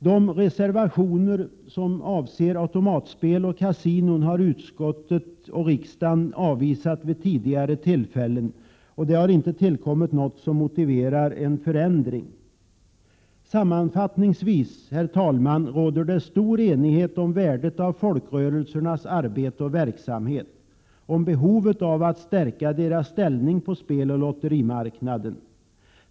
De reservationer som avser automatspel och kasinon har utskottet och riksdagen avvisat vid tidigare tillfällen. Det har inte tillkommit något som motiverar en förändring. Herr talman! Jag vill sammanfattningsvis säga att det råder stor enighet om värdet av folkrörelsernas arbete och verksamhet och om behovet av att stärka deras ställning på speloch lotterimarknaden.